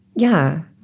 yeah.